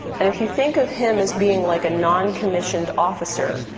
and if you think of him as being like a noncommissioned officer,